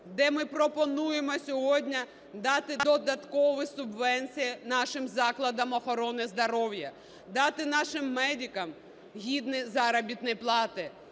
де ми пропонуємо сьогодні дати додаткові субвенції нашим закладам охорони здоров'я, дати нашим медикам гідні заробітні плати.